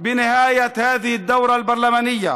בני עמנו, התושבים הערבים,